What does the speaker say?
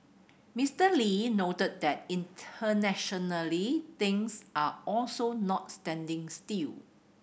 Mister Lee noted that internationally things are also not standing still